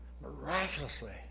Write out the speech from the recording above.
miraculously